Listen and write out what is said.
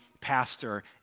pastor